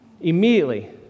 Immediately